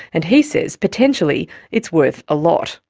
and he says potentially it's worth a lot.